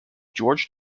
george